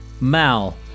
Mal